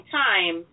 time